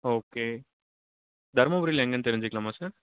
okay தர்மபுரியில எங்கேன்னு தெரிஞ்சிக்கலாமா சார்